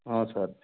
ஆமாம் சார்